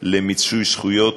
למיצוי זכויות,